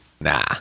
Nah